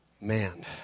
man